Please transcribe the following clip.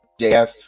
jf